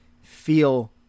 feel